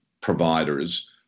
providers